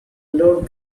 load